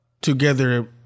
together